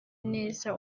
neza